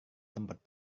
tempat